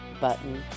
button